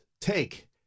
take